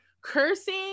cursing